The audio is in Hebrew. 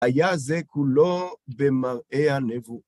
היה זה כולו במראה הנבואה.